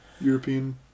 European